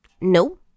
No